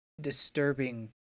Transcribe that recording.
disturbing